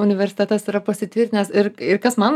universitetas yra pasitvirtinęs ir ir kas man